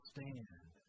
Stand